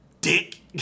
dick